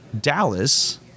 Dallas